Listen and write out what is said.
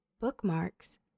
bookmarks